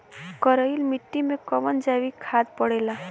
करइल मिट्टी में कवन जैविक खाद पड़ेला?